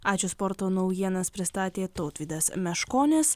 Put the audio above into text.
ačiū sporto naujienas pristatė tautvydas meškonis